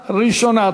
בקריאה ראשונה,